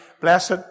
Blessed